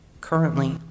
currently